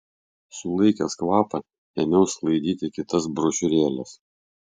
sulaikęs kvapą ėmiau sklaidyti kitas brošiūrėles